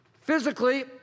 Physically